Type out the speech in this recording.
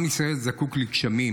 עם ישראל זקוק לגשמים,